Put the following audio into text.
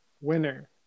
winner